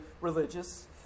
religious